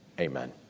Amen